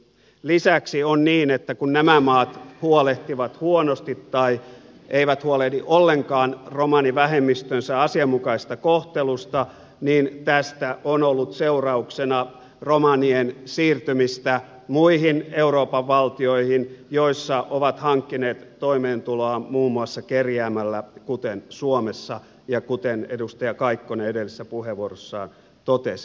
lisäksi on niin että kun nämä maat huolehtivat huonosti tai eivät huolehdi ollenkaan romanivähemmistönsä asianmukaisesta kohtelusta niin tästä on ollut seurauksena romanien siirtymistä muihin euroopan valtioihin joissa ovat hankkineet toimeentuloa muun muassa kerjäämällä kuten suomessa kuten edustaja kaikkonen edellisessä puheenvuorossaan totesi